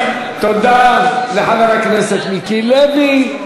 תודה לחברת הכנסת מיכל בירן.